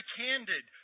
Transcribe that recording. candid